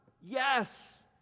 Yes